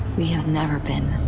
we have never been.